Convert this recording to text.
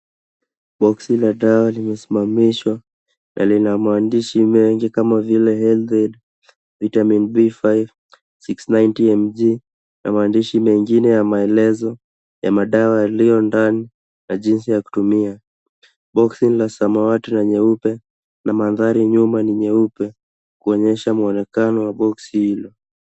Boksi la dawa limesimamishwa na lina maandishi menginkama health aid, vitamin b5, 690mg na maandishi mengine ya maelezo ya madawa yaliyo ndani na jinsi ya kutumia. Boksi ni la samawati na nyeupe na mandhari nyuma ni nyeupe kuonyesha mwonekano wa boksi hiyo.